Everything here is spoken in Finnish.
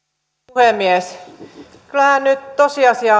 puhemies kyllähän nyt tosiasia